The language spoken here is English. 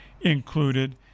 included